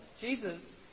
Jesus